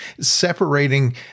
separating